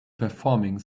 performing